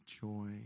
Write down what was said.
joy